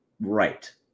Right